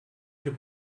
più